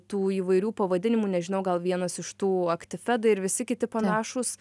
tų įvairių pavadinimų nežinau gal vienas iš tų aktifedai ir visi kiti panašūs